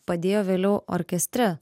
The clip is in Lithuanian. padėjo vėliau orkestre